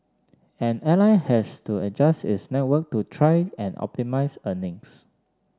an airline has to adjust its network to try and optimise earnings